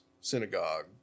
synagogue